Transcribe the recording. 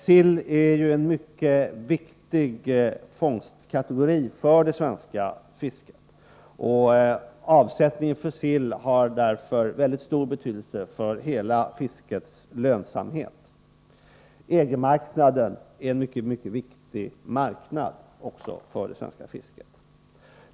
Sill är ju en mycket viktig fångstkategori för det svenska fisket, och avsättningen för sill har därför stor betydelse för hela fiskenäringens lönsamhet. EG-marknaden är också en mycket viktig marknad för det svenska fisket.